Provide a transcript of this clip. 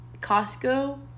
Costco